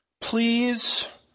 please